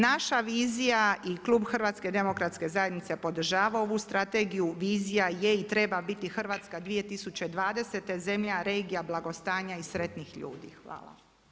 Naša vizija i klub HDZ podržava ovu strategiju, vizija je i treba biti Hrvatska 2020. zemlja regija blagostanja i sretnih ljudi.